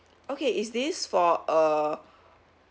okay is this for err